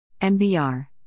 MBR